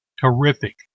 Terrific